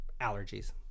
allergies